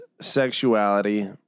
sexuality